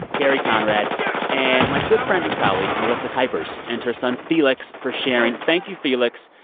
carrie conrad and my good friend and colleague melissa kipers and her son felix for sharing. thank you, felix.